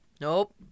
Nope